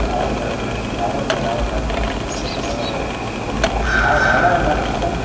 ಹೌದ್ ಸರ ಹೌದ್ ಸರ್ ಹೌದ್ ಸರ್ ಹೌದೌದು ನಾವು ಒಳ್ಳೇದು ತರ್ತೀನಿ ಸರ್